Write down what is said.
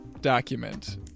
document